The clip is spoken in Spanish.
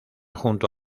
junto